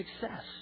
success